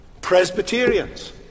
Presbyterians